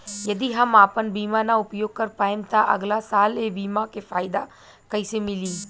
यदि हम आपन बीमा ना उपयोग कर पाएम त अगलासाल ए बीमा के फाइदा कइसे मिली?